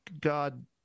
God